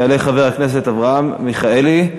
יעלה חבר הכנסת אברהם מיכאלי,